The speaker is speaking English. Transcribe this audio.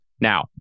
Now